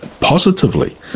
positively